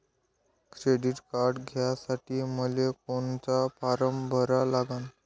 Credit card घ्यासाठी मले कोनचा फारम भरा लागन?